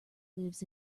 lives